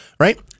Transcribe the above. Right